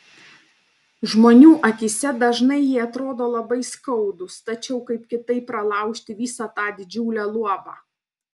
žmonių akyse dažnai jie atrodo labai skaudūs tačiau kaip kitaip pralaužti visa tą didžiulę luobą